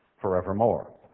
forevermore